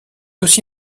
aussi